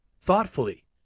thoughtfully